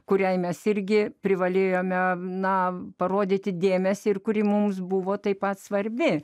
kuriai mes irgi privalėjome avinams parodyti dėmesį ir kuri mums buvo taip pat svarbi